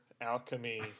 Alchemy